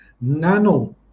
nano